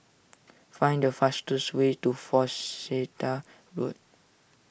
find the fastest way to Worcester Road